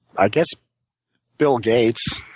i guess bill gates.